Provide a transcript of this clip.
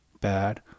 bad